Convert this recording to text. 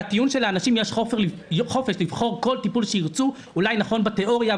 הטיעון שלאנשים יש חופש לבחור כל טיפול שירצו אולי נכון בתיאוריה,